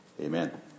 Amen